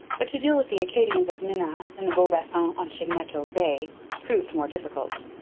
but to deal with the acadians of minas and of beaubassin on chignecto bay proved more difficult.